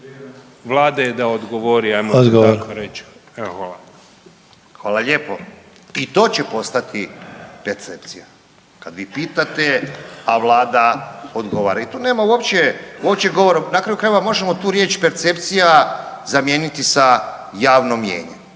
(HDZ)** Odgovor. **Ivanović, Goran (HDZ)** Hvala lijepo. I to će postati percepcija kad vi pitate, a vlada odgovara i tu nema uopće, uopće govora, na kraju krajeva možemo tu riječ „percepcija“ zamijeniti sa „javno mijenje“,